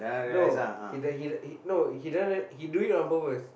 no he d~ he d~ no he d~ he do it on purpose